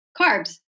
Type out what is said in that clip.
carbs